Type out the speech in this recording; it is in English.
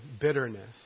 bitterness